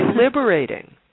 liberating